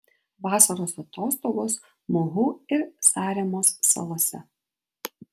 vasaros atostogos muhu ir saremos salose